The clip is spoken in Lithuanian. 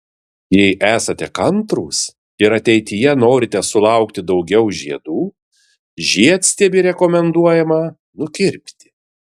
jei esate kantrūs ir ateityje norite sulaukti daugiau žiedų žiedstiebį rekomenduojama nukirpti